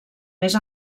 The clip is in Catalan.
més